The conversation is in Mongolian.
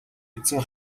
эзэн